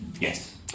Yes